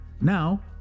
Now